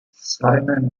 simeon